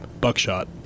Buckshot